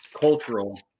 cultural